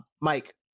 Mike